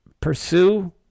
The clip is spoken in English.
pursue